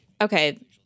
Okay